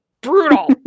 Brutal